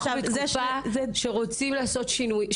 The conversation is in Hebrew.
אנחנו בתקופה שבה רוצים לעשות שינוי,